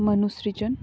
ᱢᱟᱱᱩᱥᱨᱤᱡᱚᱱ